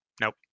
nope